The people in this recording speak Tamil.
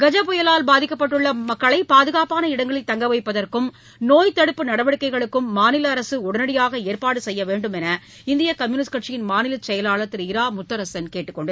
கஜ புயலால் பாதிக்கப்பட்டுள்ள மக்களை பாதுகாப்பான இடங்களில் தங்க வைப்பதற்கும் நோய்த்தடுப்பு நடவடிக்கைகளுக்கும் மாநில அரசு உடனடியாக ஏற்பாடு செய்ய வேண்டுமென்று இந்திய கம்யுனிஸ்ட் கட்சியின் மாநில செயலாளர் திரு இரா முத்தரசன் கேட்டுக் கொண்டுள்ளார்